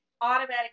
automatically